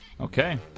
Okay